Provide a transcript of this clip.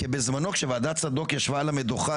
כי כשבזמנו וועדת צדוק ישבה על המדוכה,